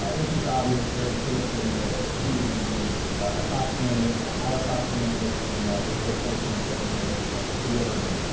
it was just obvious very quickly that that she was going to be a top candidate, our top candidate, and we're so fortunate we were able to to reel her in.